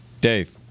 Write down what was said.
Dave